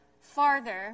farther